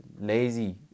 lazy